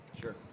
Sure